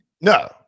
No